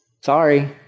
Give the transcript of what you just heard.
Sorry